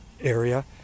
area